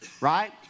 right